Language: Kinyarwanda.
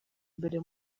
mbere